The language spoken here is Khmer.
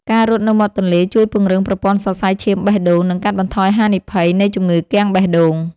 ការរត់នៅមាត់ទន្លេជួយពង្រឹងប្រព័ន្ធសរសៃឈាមបេះដូង និងកាត់បន្ថយហានិភ័យនៃជំងឺគាំងបេះដូង។